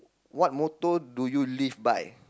what motto do you live by